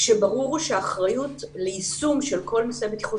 כשברור שהאחריות ליישום של כל נושא בטיחות